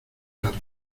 las